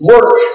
Work